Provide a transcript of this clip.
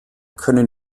können